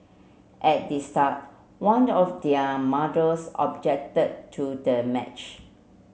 at the start one of their mothers objected to the match